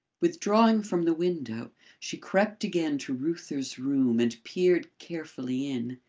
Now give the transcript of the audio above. withdrawing from the window, she crept again to reuther's room and peered carefully in.